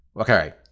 Okay